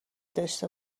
داشته